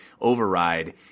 override